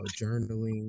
journaling